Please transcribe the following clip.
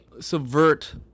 subvert